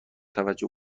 توجه